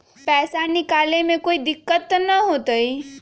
पैसा निकाले में कोई दिक्कत त न होतई?